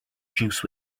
juice